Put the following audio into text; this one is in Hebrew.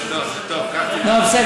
אני בסוף.